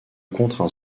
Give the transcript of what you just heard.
contraint